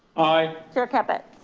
aye. chair caput.